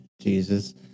Jesus